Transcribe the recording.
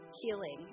Healing